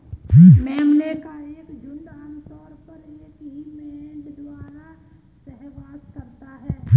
मेमने का एक झुंड आम तौर पर एक ही मेढ़े द्वारा सहवास करता है